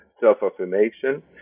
self-affirmation